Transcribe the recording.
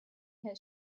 has